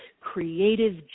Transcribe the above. creative